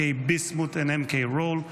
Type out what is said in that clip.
MK Bismuth and MK Roll,